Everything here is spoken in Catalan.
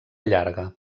llarga